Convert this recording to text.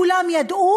כולם ידעו,